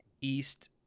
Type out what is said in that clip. East